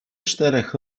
czterech